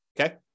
Okay